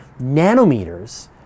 nanometers